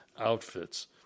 outfits